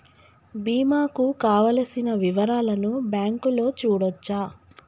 బీమా కు కావలసిన వివరాలను బ్యాంకులో చూడొచ్చా?